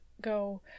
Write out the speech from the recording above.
go